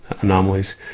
anomalies